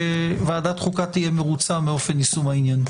שוועדת החוקה תהיה מרוצה מאופן יישום העניין.